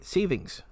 Savings